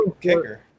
kicker